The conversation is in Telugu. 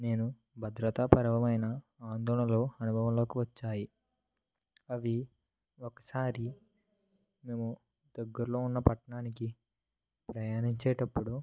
నేను భద్రతా పరమైన ఆందోళనలో అనుభవంలోకి వచ్చాయి అవి ఒకసారి మేము దగ్గరలో ఉన్న పట్టణానికి ప్రయాణించేటప్పుడు